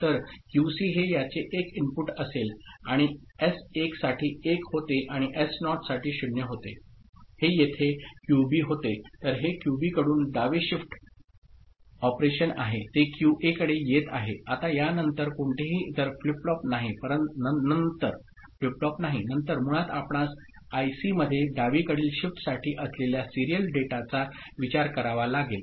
तर क्यूसी हे याचे एक इनपुट असेल आणि एस 1 साठी 1 होते आणि एस नॉट साठी 0 होते हे येथे क्यूबी होते तर हे क्यूबीकडून डावे शिफ्ट ऑपरेशन आहे ते क्यूएकडे येत आहे आता या नंतर कोणतेही इतर फ्लिप फ्लॉप नाही नंतर मुळात आपणास आयसी मधे डावीकडील शिफ्ट साठी असलेल्या सीरियल डेटाचा विचार करावा लागेल